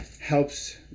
helps